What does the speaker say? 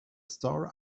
star